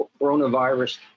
coronavirus